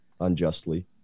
unjustly